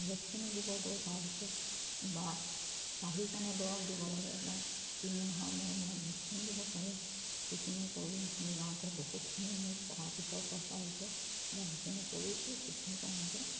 ভেকচিনো দিব দৰকাৰ হৈছে বা চাহী কাণে দৰৱ দিব লাগে বা তিনিমাহৰ মূৰে মূৰে ভেকচিন দিব লাগে সেইখিনি কৰিবলে যাওঁতে বহুতখিনি মোৰ টকা পইচাৰ খৰচা হৈছে বা সেইখিনি কৰিছোঁ সেইখিনি কৰোঁতে